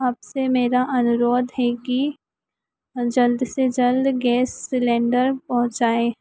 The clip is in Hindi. आपसे मेरा अनुरोध है कि जल्द से जल्द गैस सिलेण्डर पहुँचाएँ